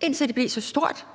indtil det blev så stort,